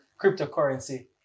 cryptocurrency